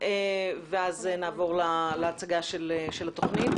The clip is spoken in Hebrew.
ואז נעבור להצגה של התכנית.